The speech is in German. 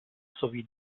sowie